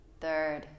third